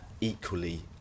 equally